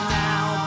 now